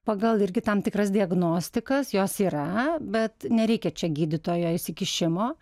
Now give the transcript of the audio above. pagal irgi tam tikras diagnostikas jos yra bet nereikia čia gydytojo įsikišimo